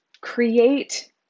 create